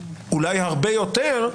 אולי הרבה יותר,